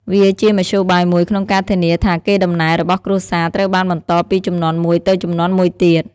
វាជាមធ្យោបាយមួយក្នុងការធានាថាកេរដំណែលរបស់គ្រួសារត្រូវបានបន្តពីជំនាន់មួយទៅជំនាន់មួយទៀត។